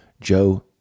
Joe